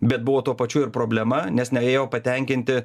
bet buvo tuo pačiu ir problema nes neėjo patenkinti